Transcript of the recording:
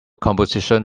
composition